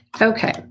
Okay